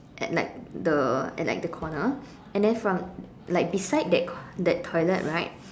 at like the at like then corner and then from like from beside that that toilet right